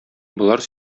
болар